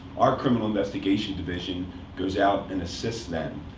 our criminal investigation division goes out and assists them.